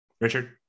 Richard